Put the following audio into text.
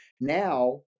Now